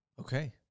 Okay